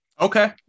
Okay